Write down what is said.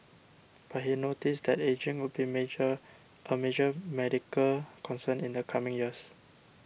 but he noted that ageing would be major a major medical concern in the coming years